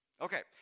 Okay